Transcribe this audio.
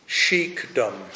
sheikdom